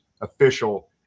official